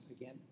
again